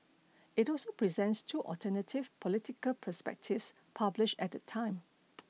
it also presents two alternative political perspectives published at the time